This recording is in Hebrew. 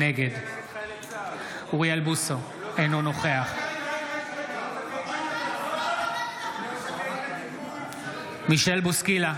נגד אוריאל בוסו, אינו נוכח מישל בוסקילה,